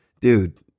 dude